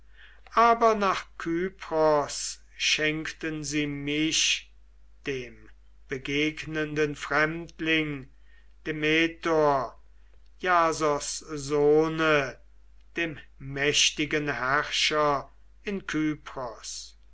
aber nach kypros schenkten sie mich dem begegnenden fremdling dmetor jasos sohne dem mächtigen herrscher in